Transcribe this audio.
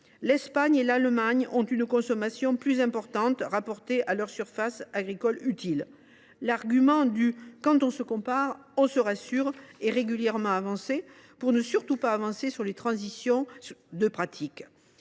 l’Espagne et l’Allemagne en font une consommation plus importante rapportée à leur surface agricole utile. L’argument « quand on se compare, on se rassure » est régulièrement avancé pour ne surtout pas penser les transitions des pratiques.